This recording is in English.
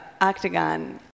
octagon